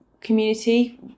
community